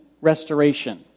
restoration